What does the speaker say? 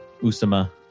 Usama